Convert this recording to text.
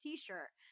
T-shirt